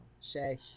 Shay